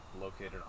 located